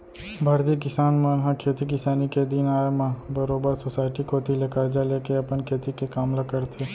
भारतीय किसान मन ह खेती किसानी के दिन आय म बरोबर सोसाइटी कोती ले करजा लेके अपन खेती के काम ल करथे